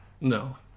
no